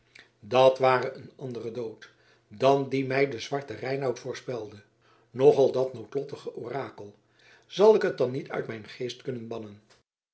dat ware een andere dood dan dien mij de zwarte reinout voorspelde nogal dat noodlottige orakel zal ik het dan niet uit mijn geest kunnen bannen